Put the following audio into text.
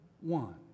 one